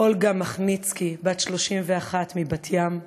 אולגה מכניצקי, בת 31, מבת-ים,